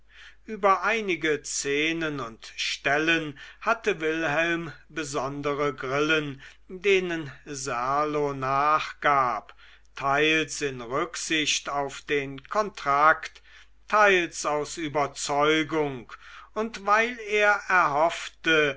über einige szenen und stellen hatte wilhelm besondere grillen denen serlo nachgab teils in rücksicht auf den kontrakt teils aus überzeugung und weil er hoffte